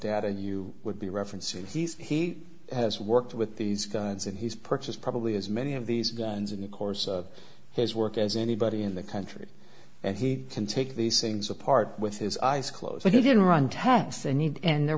that and you would be references he has worked with these guns and he's purchased probably as many of these guns in the course of his work as anybody in the country and he can take these things apart with his eyes closed i didn't run tests a need and there